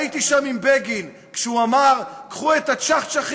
הייתי שם עם בגין כשהוא אמר: קחו את הצ'חצ'חים